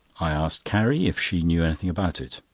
i asked carrie if she knew anything about it.